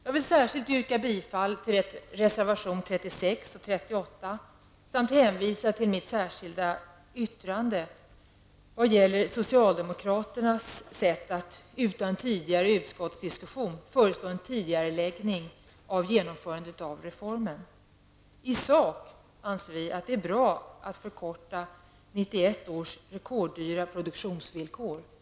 Jag vill särskilt yrka bifall till reservationerna 36 och 38 samt hänvisa till mitt särskilda yttrande vad gäller socialdemokraternas sätt att utan tidigare utskottsdiskussion föreslå en tidigareläggning av genomförandet av reformen. I sak anser vi att det är bra att sänka 1991 års rekorddyra produktionskostnader.